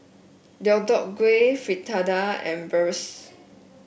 Deodeok Gui Fritada and Bratwurst